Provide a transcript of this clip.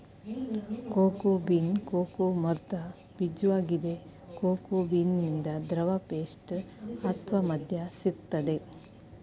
cocoa bean cocoa ಮರ್ದ ಬೀಜ್ವಾಗಿದೆ cocoa ಬೀನಿಂದ ದ್ರವ ಪೇಸ್ಟ್ ಅತ್ವ ಮದ್ಯ ಸಿಗ್ತದೆ